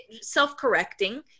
self-correcting